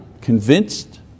convinced